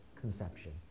conception